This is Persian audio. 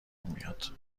میاد